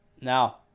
Now